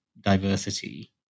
diversity